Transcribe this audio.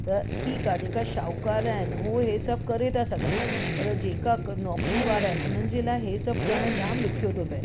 त ठीकु आहे जेका शाहूकार आहिनि उहे हीअं सभु करे था सघनि पर जेका नौकरी वारा आहिनि उन्हनि जे लाइ हीअं सभु करणु जाम ॾुखियो थो पिए